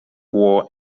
war